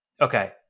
Okay